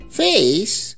face